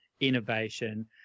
innovation